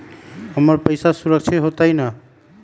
हमर पईसा सुरक्षित होतई न?